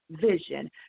vision